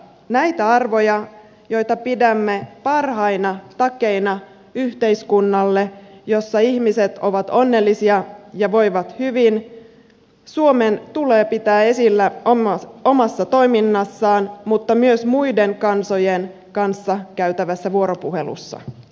näitä arvoja joita pidämme parhaina takeina yhteiskunnalle jossa ihmiset ovat onnellisia ja voivat hyvin suomen tulee pitää esillä omassa toiminnassaan mutta myös muiden kansojen kanssa käytävässä vuoropuhelussa